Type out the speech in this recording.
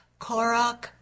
Korok